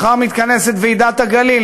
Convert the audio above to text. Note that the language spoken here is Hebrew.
מחר מתכנסת ועידת הגליל.